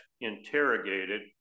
interrogated